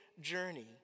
journey